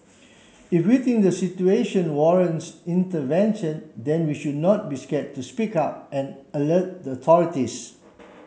if we think the situation warrants intervention then we should not be scared to speak up and alert the authorities